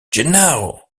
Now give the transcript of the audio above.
gennaro